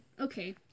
okay